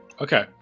Okay